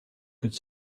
could